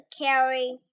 carry